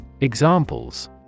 Examples